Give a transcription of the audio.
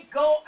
go